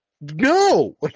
no